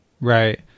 Right